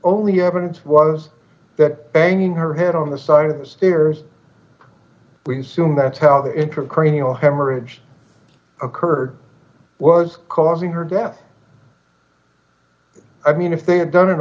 only evidence was that banging her head on the side of the stairs we assume that's how the intracranial hemorrhage occurred was causing her death i mean if they had done